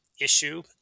issue